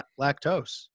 lactose